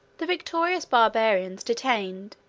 the victorious barbarians detained,